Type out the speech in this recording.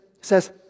says